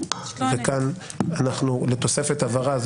בתוספת הבהרה.